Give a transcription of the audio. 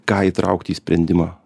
ką įtraukti į sprendimą